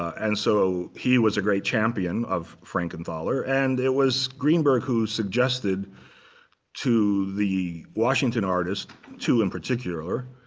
and so he was a great champion of frankenthaler. and it was greenberg, who suggested to the washington artists to, in particular,